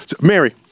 Mary